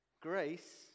Grace